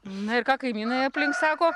na ir ką kaimynai aplink sako